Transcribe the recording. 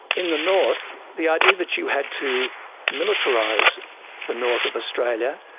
in the north, the idea that you had to militarise the north of australia,